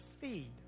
feed